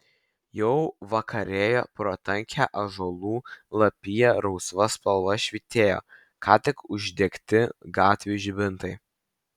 jau vakarėjo pro tankią ąžuolų lapiją rausva spalva švytėjo ką tik uždegti gatvių žibintai